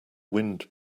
wind